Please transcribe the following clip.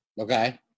Okay